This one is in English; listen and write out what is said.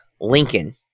Lincoln